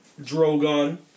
Drogon